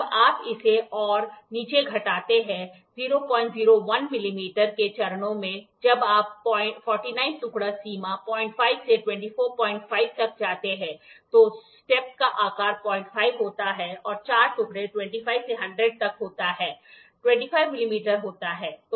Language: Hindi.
जब आप इसे और नीचे घटाते हैं 001 मिलीमीटर के चरणों में जब आप 49 टुकड़ा सीमा 05 से 245 तक जाते हैं तो स्टेप का आकार 05 होता है और चार टुकड़े 25 से 100 तक होता है 25 मिलीमीटर होता है